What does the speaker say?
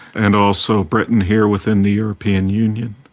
and also britain here within the european union.